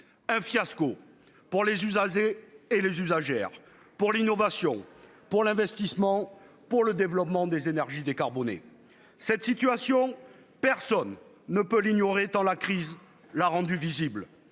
un fiasco pour les usagers, pour l'innovation, pour l'investissement et pour le développement des énergies décarbonées ! Cette situation, personne ne peut l'ignorer tant la crise l'a rendue visible